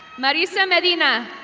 marisa mendina.